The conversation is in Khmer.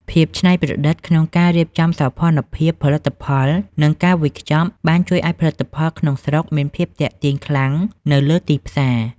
ភាពច្នៃប្រឌិតក្នុងការរៀបចំសោភ័ណភាពផលិតផល និងការវេចខ្ចប់ បានជួយឱ្យផលិតផលក្នុងស្រុកមានភាពទាក់ទាញខ្លាំងនៅលើទីផ្សារ។